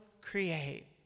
create